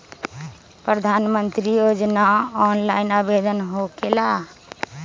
प्रधानमंत्री योजना ऑनलाइन आवेदन होकेला?